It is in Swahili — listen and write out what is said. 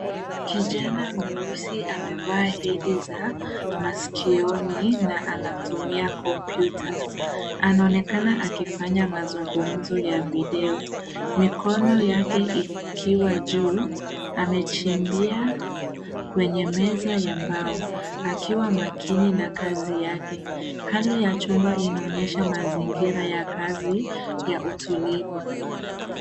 Kijana mweusi amevaa hedi za masikioni na anatumia kompyuta. Anaonekana akifanya mazungumzo ya video, mikono yake ikiwa juu. Amechimbia kwenye meza ya mbao akiwa makini na kazi yake. Hali ya chumba inaonyesha mazingira ya kazi ya utulivu.